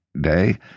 day